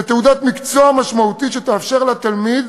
ותעודת מקצוע משמעותית, שתאפשר לתלמיד